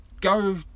go